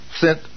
sent